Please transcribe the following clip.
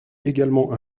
également